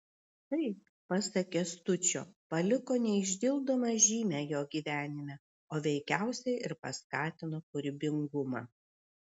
tai pasak kęstučio paliko neišdildomą žymę jo gyvenime o veikiausiai ir paskatino kūrybingumą